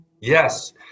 Yes